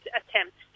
attempt